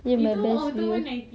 ya my best view